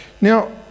Now